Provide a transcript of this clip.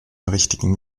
richtigen